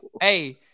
hey